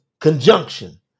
conjunction